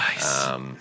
Nice